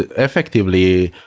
ah effectively,